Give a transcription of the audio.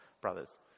brothers